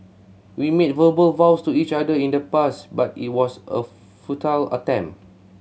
we made verbal vows to each other in the past but it was a futile attempt